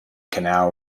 canal